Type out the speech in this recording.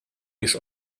niż